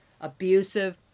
abusive